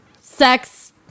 sex